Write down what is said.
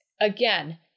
again